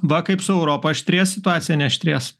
va kaip su europa aštrės situacija neaštrės